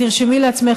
תרשמי לעצמך,